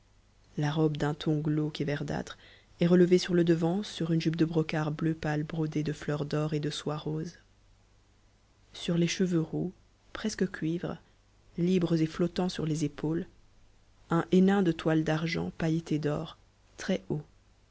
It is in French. la robe d'un ton glauque et ver dâtre est retevée sur le devant sur une jupe de brocart bleu pâte brodée de heurs d'or et de soie rose sur tes cheveux roux presque cuivre libres et flottants sur les épautes un hennin de toile d'argent pailletée d'or très haut